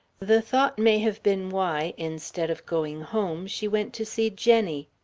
the thought may have been why, instead of going home, she went to see jenny.